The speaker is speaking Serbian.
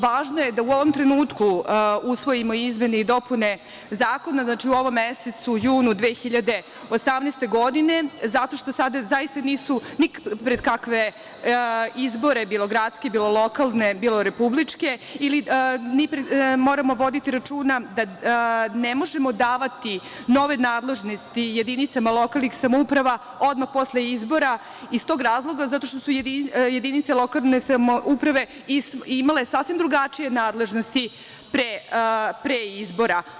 Važno je da u ovom trenutku usvojimo izmene i dopune zakona, u ovom mesecu, junu 2018. godine zato što sada zaista nismo ni pred kakvim izborima, bilo gradske, bilo lokalne, bilo republičke i moramo voditi računa da ne možemo davati nove nadležnosti jedinicama lokalnih samouprava odmah posle izbora iz tog razloga zato što su jedinice lokalne samouprave imale sasvim drugačije nadležnosti pre izbora.